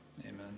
amen